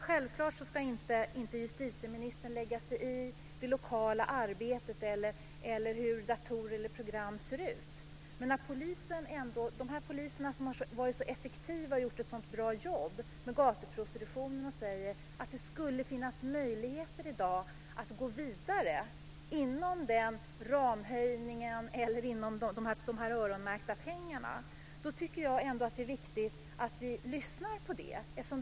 Självklart ska justitieministern inte lägga sig i det lokala arbetet eller hur datorer och program ska se ut. Men de poliser som har varit så effektiva och har gjort ett så bra jobb med gatuprostitutionen säger att det skulle finnas möjligheter i dag att gå vidare inom den givna ramhöjningen eller de öronmärkta pengarna. Det är viktigt att vi lyssnar på det.